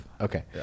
Okay